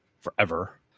forever